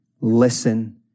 listen